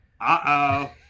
Uh-oh